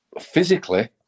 physically